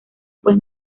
pues